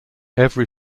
every